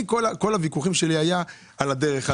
כל הוויכוחים שלי היו על הדרך,